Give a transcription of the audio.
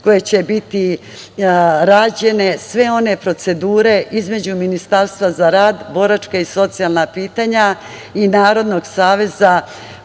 koje će biti rađene, sve one procedure između Ministarstva za rad, boračka i socijalna pitanja i Narodnog saveza